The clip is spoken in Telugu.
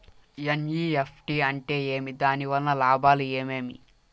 ఎన్.ఇ.ఎఫ్.టి అంటే ఏమి? దాని వలన లాభాలు ఏమేమి